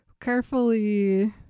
carefully